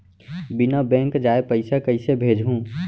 बिना बैंक जाए पइसा कइसे भेजहूँ?